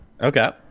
Okay